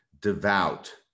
devout